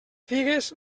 figues